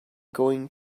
going